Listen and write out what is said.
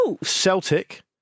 Celtic